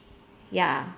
ya